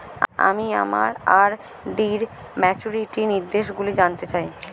আমি আমার আর.ডি র ম্যাচুরিটি নির্দেশগুলি জানতে চাই